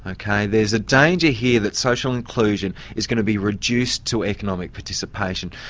ah kind of there's a danger here that social inclusion is going to be reduced to economic participation,